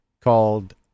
called